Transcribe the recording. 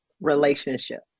relationship